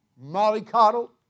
mollycoddle